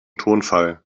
tonfall